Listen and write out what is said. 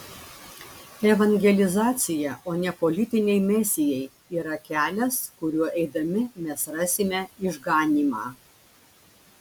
evangelizacija o ne politiniai mesijai yra kelias kuriuo eidami mes rasime išganymą